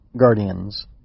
guardians